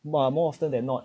ma more often than not